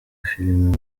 filime